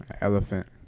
Elephant